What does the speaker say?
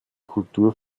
kultur